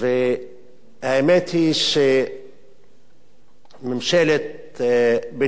האמת היא שממשלת בנימין נתניהו,